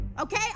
Okay